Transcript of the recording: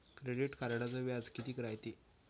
Credit कार्डचं व्याज कितीक रायते?